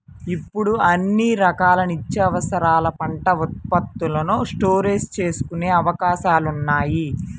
ఇప్పుడు అన్ని రకాల నిత్యావసరాల పంట ఉత్పత్తులను స్టోరేజీ చేసుకునే అవకాశాలున్నాయి